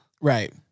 Right